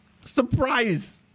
Surprise